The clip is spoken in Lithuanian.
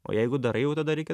o jeigu darai jau tada reikia